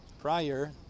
prior